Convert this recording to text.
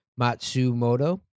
Matsumoto